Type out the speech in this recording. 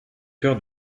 cœur